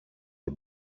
det